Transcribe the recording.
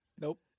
Nope